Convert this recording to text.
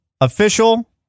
official-